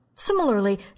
Similarly